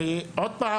ושוב,